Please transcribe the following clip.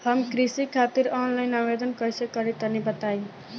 हम कृषि खातिर आनलाइन आवेदन कइसे करि तनि बताई?